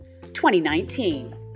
2019